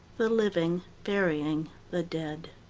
the living burying the dead.